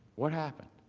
what happened?